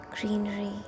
greenery